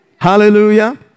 Hallelujah